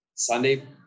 Sunday